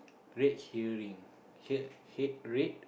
red hearing hit hit red